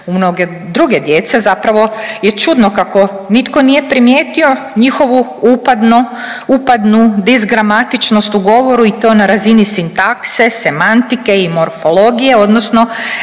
U mnoge druge djece zapravo je čudno kako nitko nije primijetio njihovu upadno, upadnu disgramatičnost u govoru i to na razini sintakse, semantike i morfologije odnosno